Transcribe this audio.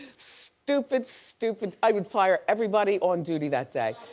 stupid stupid, i would fire everybody on duty that day.